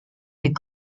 des